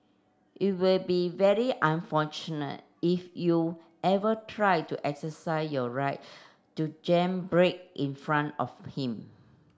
it will be very unfortunate if you ever try to exercise your right to jam brake in front of him